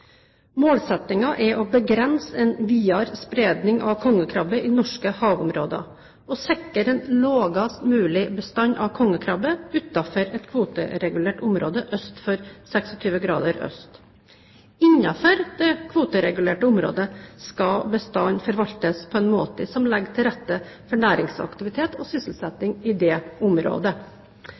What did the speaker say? er å begrense en videre spredning av kongekrabbe i norske havområder og sikre en lavest mulig bestand av kongekrabbe utenfor et kvoteregulert område øst for 26 grader øst. Innenfor det kvoteregulerte området skal bestanden forvaltes på en måte som legger til rette for næringsaktivitet og sysselsetting i det området.